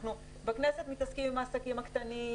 אנחנו בכנסת מתעסקים עם העסקים הקטנים,